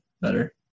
better